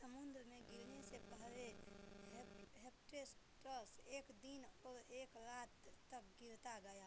समुद्र में गिरने से पहले हेफेसटस एक दिन और एक रात तक गिरता गया